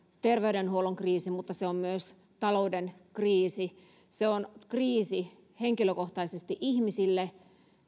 terveydenhuollon kriisi mutta se on myös talouden kriisi se on kriisi henkilökohtaisesti ihmisille